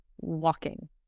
walking